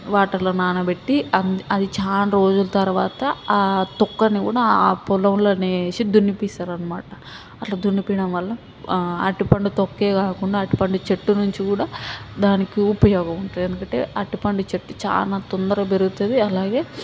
వాటర్లో నానబెట్టి అంది అది చాలా రోజుల తరవాత ఆ తొక్కని కూడా ఆ పొలంలోనే వేసి దున్నిపిస్తారు అనమాట అట్లా దున్నిపీయడం వల్ల అరటిపండు తొక్కే కాకుండా అరటిపండు చెట్టు నుంచి కూడా దానికి ఉపయోగం ఉంటుంది ఎందుకంటే అరటిపండు చెట్టు చాలా తొందరగా పెరుగుతుంది అలాగే